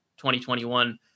2021